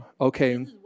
Okay